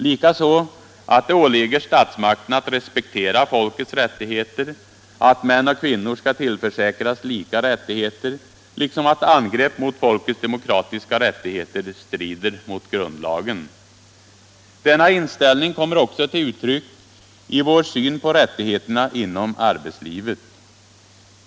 Likaså bör det fastslås att det åligger statsmakten att respektera folkets rättigheter, att män och kvinnor skall tillförsäkras lika rättigheter liksom att angrepp mot folkets demokratiska rättigheter strider mot grundlagen. Denna inställning kommer också till uttryck i vår syn på rättigheterna inom arbetslivet.